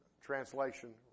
translation